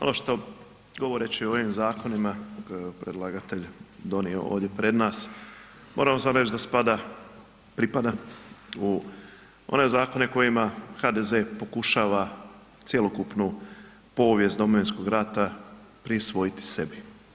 Ono što govoreći o ovim zakonima predlagatelj donio ovdje pred nas moramo samo reći da spada, pripada u one zakone kojima HDZ pokušava cjelokupnu povijest Domovinskoga rata prisvojiti sebi.